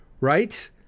right